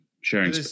sharing